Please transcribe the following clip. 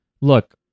look